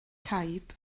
caib